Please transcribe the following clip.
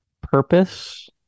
purpose